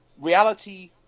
reality